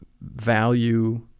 value